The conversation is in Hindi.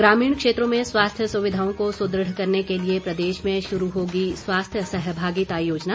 ग्रामीण क्षेत्रों में स्वास्थ्य सुविधाओं को सुदृढ़ करने के लिए प्रदेश में शुरू होगी स्वास्थ्य सहभागिता योजना